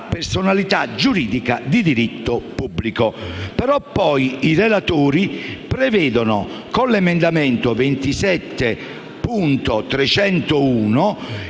personalità giuridica di diritto pubblico. Poi, però, i relatori prevedono con l'emendamento 27.301